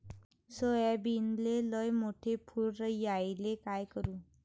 सोयाबीनले लयमोठे फुल यायले काय करू?